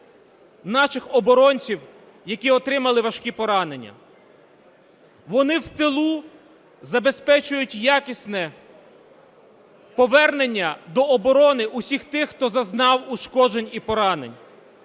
наших оборонців, які отримали важкі поранення. Вони в тилу забезпечують якісне повернення до оборони усіх тих, хто зазнав ушкоджень і поранень.